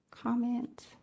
comment